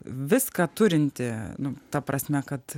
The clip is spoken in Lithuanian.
viską turinti nu ta prasme kad